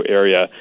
area